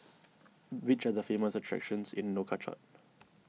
which are the famous attractions in Nouakchott